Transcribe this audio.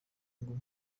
ngo